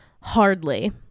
hardly